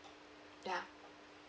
ya